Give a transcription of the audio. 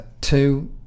Two